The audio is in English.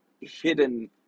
hidden